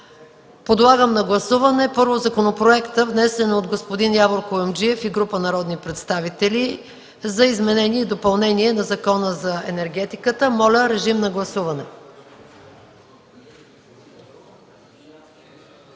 Подлагам на гласуване, първо, законопроекта, внесен от господин Явор Куюмджиев и група народни представители, за изменение и допълнение на Закона за енергетиката. Моля, режим на гласуване.